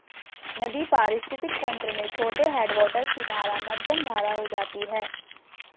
नदी पारिस्थितिक तंत्र में छोटे हैडवाटर की धारा मध्यम धारा हो जाती है